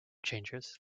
changes